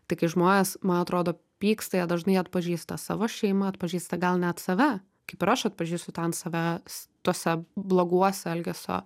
tai kai žmonės man atrodo pyksta jie dažnai atpažįsta savo šeimą atpažįsta gal net save kaip ir aš atpažįstu ten save tuose bloguose elgesio